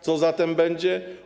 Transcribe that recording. Co zatem będzie?